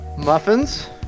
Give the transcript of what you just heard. muffins